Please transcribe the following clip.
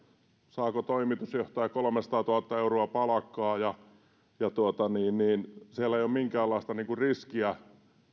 saako toimitusjohtaja kolmesataatuhatta euroa palkkaa ja jossa ei ole minkäänlaista riskiä